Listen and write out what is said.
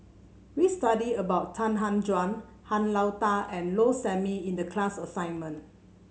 we study about Han Tan Juan Han Lao Da and Low Sanmay in the class assignment